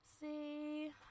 See